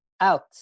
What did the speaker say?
out